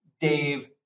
Dave